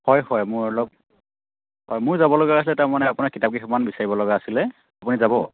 হয় হয় মোৰ অলপ অ' মোৰ যাব লগা আছে মানে আপোনাৰ কিতাপ কিছুমান বিচাৰিব লগা আছিলে আপুনি যাব